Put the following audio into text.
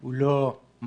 הוא לא חוק,